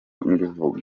mbivuga